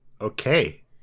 okay